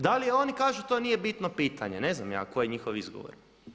Da li oni kažu to nije bitno pitanje, ne znam ja koji je njihov izgovor.